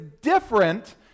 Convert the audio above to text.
different